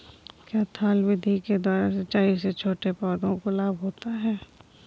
क्या थाला विधि के द्वारा सिंचाई से छोटे पौधों को लाभ होता है?